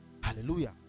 Hallelujah